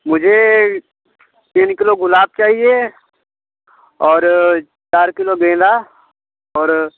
मुझे तीन किलो गुलाब चाहिए और चार किलो गेंदा और